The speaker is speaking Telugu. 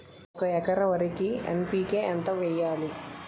ఒక ఎకర వరికి ఎన్.పి కే ఎంత వేయాలి?